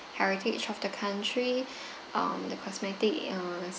heritage of the country um the cosmetic uh